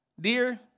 dear